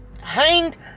hanged